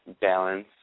balance